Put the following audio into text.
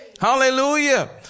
hallelujah